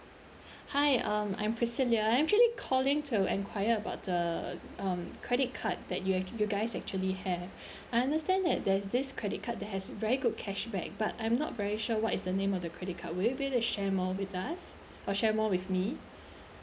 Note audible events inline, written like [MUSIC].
[BREATH] hi um I'm priscilia I'm actually calling to enquire about the um credit card that you have you guys actually have [BREATH] I understand that there's this credit card that has very good cashback but I'm not very sure what is the name of the credit card will you be to share more with us [BREATH] or share more with me [BREATH]